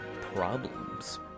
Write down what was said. problems